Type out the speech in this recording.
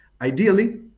Ideally